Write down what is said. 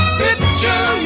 picture